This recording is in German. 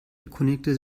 erkundigte